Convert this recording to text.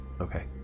Okay